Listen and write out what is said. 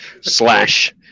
slash